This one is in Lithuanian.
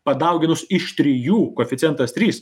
padauginus iš trijų koeficientas trys